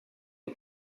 the